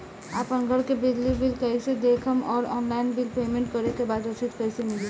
आपन घर के बिजली बिल कईसे देखम् और ऑनलाइन बिल पेमेंट करे के बाद रसीद कईसे मिली?